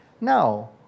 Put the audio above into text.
Now